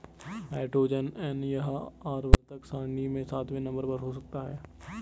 nitrogen N यह आवर्त सारणी में सातवें नंबर पर हो सकता है